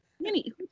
Minnie